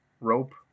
rope